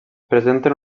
presenten